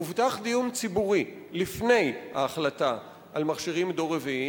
הובטח דיון ציבורי לפני ההחלטה על מכשירים מדור רביעי,